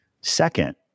Second